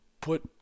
put